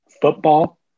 football